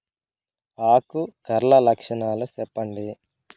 ఆకు కర్ల లక్షణాలు సెప్పండి